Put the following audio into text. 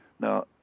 Now